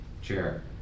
Chair